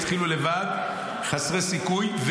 התחילו לבד, חסרי סיכוי.